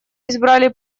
избрали